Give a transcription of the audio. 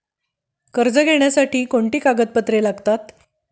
कर्ज घेण्यासाठी कोणती कागदपत्रे लागतात?